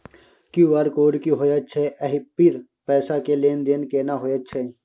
QR code की होयत छै एहि पर पैसा के लेन देन केना होयत छै?